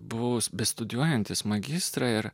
bus bestudijuojantys magistrą ir